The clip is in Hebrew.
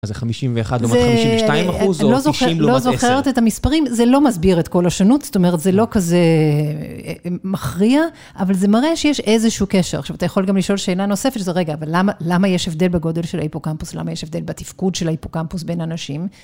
אז זה 51 אחוז לעומת 52 אחוז, או 90 לעומת 10. אני לא זוכרת את המספרים, זה לא מסביר את כל השנות, זאת אומרת, זה לא כזה מכריע, אבל זה מראה שיש איזשהו קשר. עכשיו, אתה יכול גם לשאול שאלה נוספת, שזה, רגע, אבל למה יש הבדל בגודל של היפוקמפוס, למה יש הבדל בתפקוד של היפוקמפוס בין אנשים?